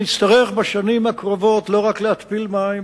ונצטרך בשנים הקרובות לא רק להתפיל מים